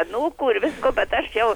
anūkų ir visko bet aš jau